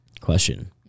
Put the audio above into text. Question